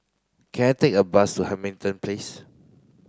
can I take a bus to Hamilton Place